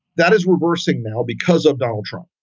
that is reversing now because of donald trump